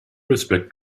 respect